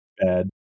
bad